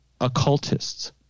occultists